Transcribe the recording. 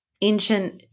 ancient